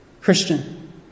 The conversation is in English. Christian